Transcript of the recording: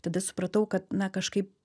tada supratau kad na kažkaip